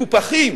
מקופחים